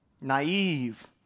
naive